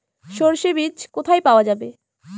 সর্ষে বিজ কোথায় পাওয়া যাবে?